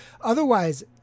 otherwise